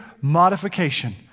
modification